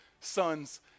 sons